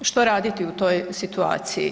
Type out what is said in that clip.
Što raditi u toj situaciji?